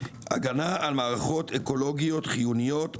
הגנה על מערכות אקולוגיות חיוניות,